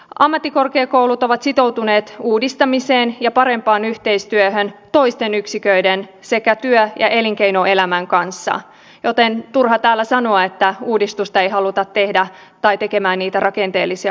ammattikorkeakoulut ovat sitoutuneet uudistamiseen ja parempaan yhteistyöhön toisten yksiköiden sekä työ ja elinkeinoelämän kanssa joten on turha täällä sanoa että ei haluta tehdä uudistusta tai niitä rakenteellisia muutoksia